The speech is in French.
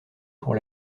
pour